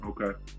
okay